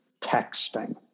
texting